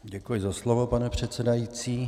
Děkuji za slovo, pane předsedající.